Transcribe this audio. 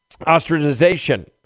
ostracization